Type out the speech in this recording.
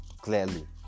clearly